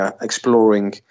exploring